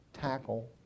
tackle